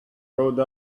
rode